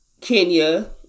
Kenya